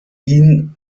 ihn